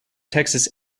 texas